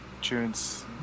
june's